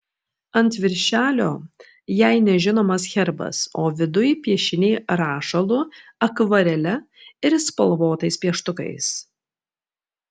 ant viršelio jai nežinomas herbas o viduj piešiniai rašalu akvarele ir spalvotais pieštukais